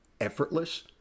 effortless